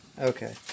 okay